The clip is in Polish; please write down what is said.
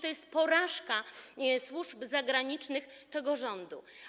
To jest porażka służb zagranicznych tego rządu.